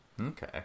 Okay